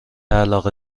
علاقه